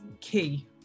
key